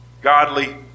godly